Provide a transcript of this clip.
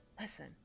Listen